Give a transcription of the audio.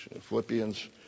Philippians